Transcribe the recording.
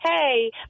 hey